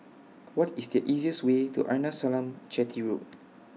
What IS The easiest Way to Arnasalam Chetty Road